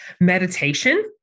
meditation